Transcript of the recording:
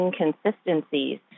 inconsistencies